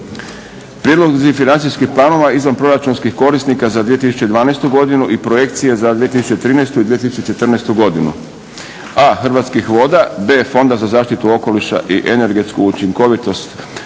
Prijedlozi financijskih planova izvanproračunskih korisnika za 2012. godinu i projekcije za 2013. i 2014. godinu: a/ Hrvatskih voda b/ Fonda za zaštitu okoliša i energetsku učinkovitost